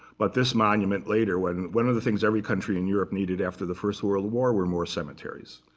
but this monument, later, when one of the things every country in europe needed after the first world war were more cemeteries.